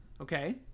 Okay